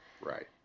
Right